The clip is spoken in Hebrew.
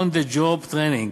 On the Job Training,